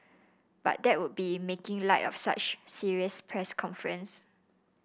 but that would be making light of such a serious press conference